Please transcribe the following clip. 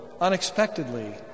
unexpectedly